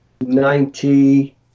Ninety